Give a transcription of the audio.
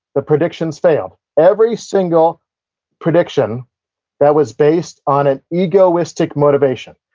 the predictions failed. every single prediction that was based on an egoistic motivation,